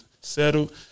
settled